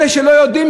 אלה שלא יודעים,